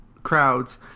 Crowds